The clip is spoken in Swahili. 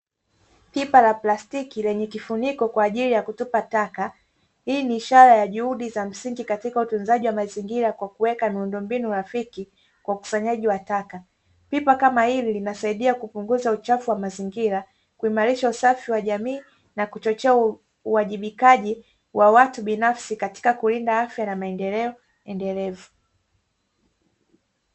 Pipa la plastiki lenye kifuniko kwa ajili ya kutupa tak,a hii ni ishara ya juhudi za msingi katika utunzaji wa mazingira kwa kuweka miundombinu rafiki kwa ukusanyaji wa taka, pipa kama hili linasaidia kupunguza uchafu wa mazingira kuimarisha usafi wa jamii na kuchochea uwajibikaji wa watu binafsi katika kulinda afya na maendeleo endelevu.